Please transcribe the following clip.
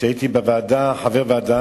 כשהייתי חבר ועדה,